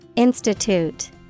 Institute